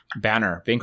Banner